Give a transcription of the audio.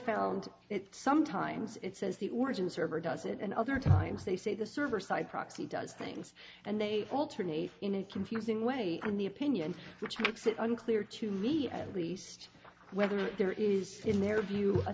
found it sometimes it says the origin server does it and other times they say the server side proxy does things and they alternate in a confusing way on the opinion which makes it unclear to leave reste whether there is in their view a